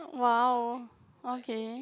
!wow! okay